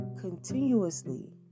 continuously